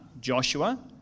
Joshua